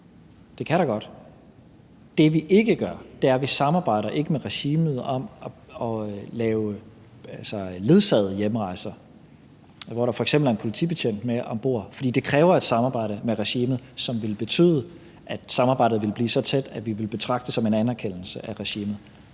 Det kan der godt. Det, vi ikke gør, er at samarbejde med regimet om at lave ledsagede hjemrejser, hvor der f.eks. er en politibetjent med om bord, fordi det kræver et samarbejde med regimet, som ville betyde, at samarbejdet ville blive så tæt, at det ville blive betragtet som en anerkendelse af regimet.